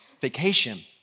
vacation